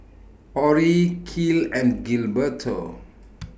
Orrie Kiel and Gilberto